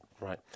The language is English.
Right